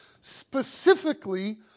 specifically